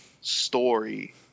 story